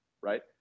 right